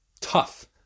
tough